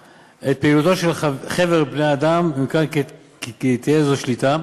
את פעילותו של חבר-בני-אדם, ומכאן תהיה זו שליטה,